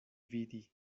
vidi